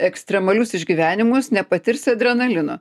ekstremalius išgyvenimus nepatirsi adrenalino